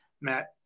Matt